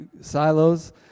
silos